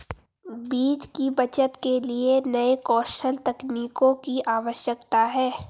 बीज की बचत के लिए नए कौशल तकनीकों की आवश्यकता है